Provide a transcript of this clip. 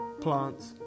plants